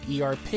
ERP